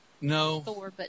No